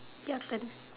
your turn